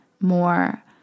more